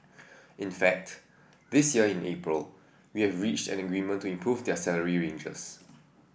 in fact this year in April we have reached an agreement to improve their salary ranges